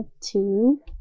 two